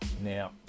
Now